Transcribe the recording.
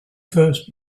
first